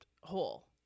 hole